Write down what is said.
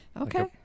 Okay